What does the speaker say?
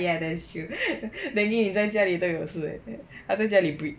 ya that's true dengue 你在家里都有事 eh eh 他在家里 breed